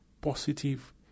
positive